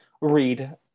read